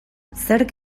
zerk